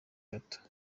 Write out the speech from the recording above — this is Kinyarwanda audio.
bato